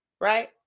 right